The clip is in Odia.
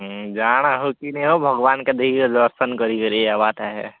ହୁଁ ଜାଣ ହୋଉଚି ନାଇଁ ହୋ ଭଗବାନ୍ କେ ଦେଖି ଦର୍ଶନ୍ କରି କରି ଆଇବା ଟା ହେ